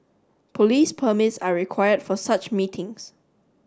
police permits are required for such meetings